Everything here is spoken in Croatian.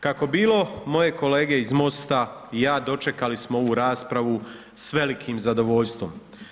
Kako bilo, moje kolege iz MOST-a i ja dočekali smo ovu raspravu s velikim zadovoljstvom.